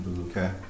Okay